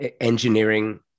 engineering